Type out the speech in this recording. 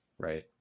Right